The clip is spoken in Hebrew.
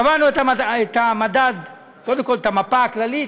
קבענו קודם כול את המפה הכללית,